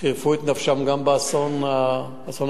שחירפו את נפשם גם באסון הכרמל,